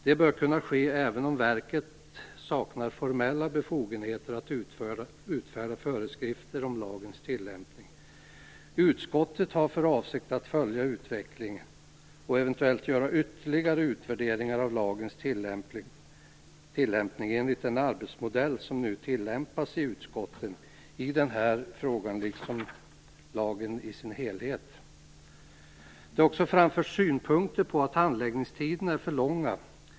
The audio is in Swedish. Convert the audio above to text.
Det bör kunna ske även om verket saknar formella befogenheter att utfärda föreskrifter om lagens tillämpning. Utskottet har för avsikt att följa utvecklingen och eventuellt göra ytterligare utvärderingar av lagens tillämpning enligt den arbetsmodell som nu tillämpas i utskotten i denna fråga liksom i fråga om lagen i dess helhet. Det har också framförts synpunkter på att handläggningstiderna är för långa.